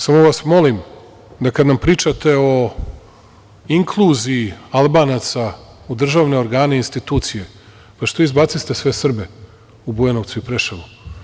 Samo vas molim, da kada nam pričate o inkluziji Albanaca, u državne organe i institucije, pa što izbaciste sve Srbe u Bujanovcu i Preševu?